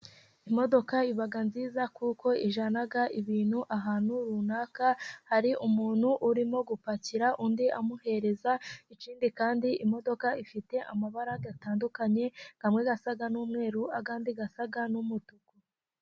Imodoka iba nziza kuko ijyana ibintu ahantu runaka, hari umuntu urimo gupakira undi amuhereza ikindi kandi imodoka ifite amabara atandukanye rimwe risa n'umweru irindi risa n'umutuku.